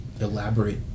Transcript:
elaborate